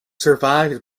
survived